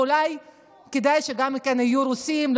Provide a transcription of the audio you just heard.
ואולי כדאי שגם יהיו רוסים.